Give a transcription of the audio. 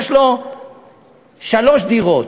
יש לו שלוש דירות.